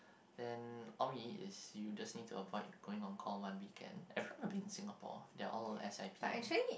then all we need is you just need to avoid going on call one weekend everyone will be in Singapore they're all S_I_Ping